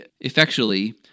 effectually